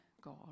God